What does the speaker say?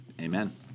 Amen